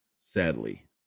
Sadly